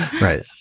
Right